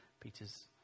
Peter's